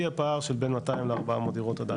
יהיה פער של בין 200 ל-400 דירות עדיין.